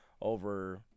over